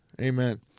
Amen